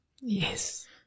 Yes